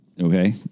okay